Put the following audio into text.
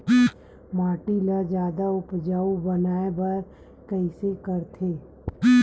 माटी ला जादा उपजाऊ बनाय बर कइसे करथे?